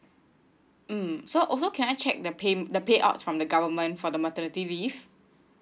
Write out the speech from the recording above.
mm so also can I check the pay the payout from the government for the maternity leave